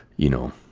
you know,